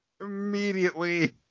immediately